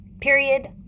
period